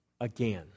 again